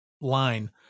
line